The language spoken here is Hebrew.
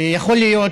ויכול להיות